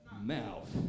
mouth